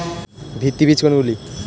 ভিত্তি বীজ কোনগুলি?